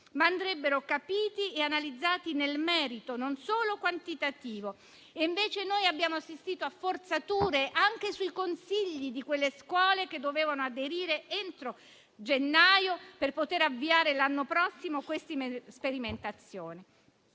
ma andrebbero capiti e analizzati nel merito, non solo dal punto di vista quantitativo. Invece, noi abbiamo assistito a forzature, anche sui consigli di quelle scuole che dovevano aderire entro gennaio per poter avviare queste sperimentazioni